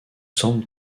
semble